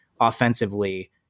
Offensively